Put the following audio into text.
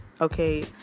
Okay